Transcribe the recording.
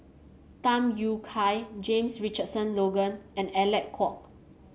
Tham Yui Kai James Richardson Logan and Alec Kuok